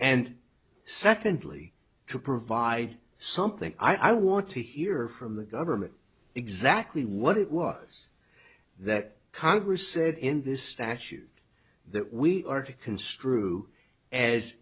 and secondly to provide something i want to hear from the government exactly what it was that congress said in this statute that we are to construe as